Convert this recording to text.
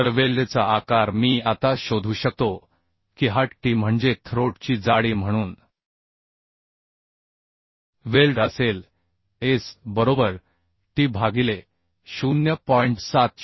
तर वेल्डचा आकार मी आता शोधू शकतो की हा t म्हणजे थ्रोट ची जाडी म्हणून वेल्ड असेल S बरोबर t भागिले 0